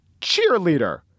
cheerleader